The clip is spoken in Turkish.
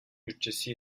bütçesi